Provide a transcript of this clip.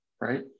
right